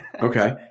Okay